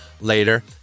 later